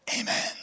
Amen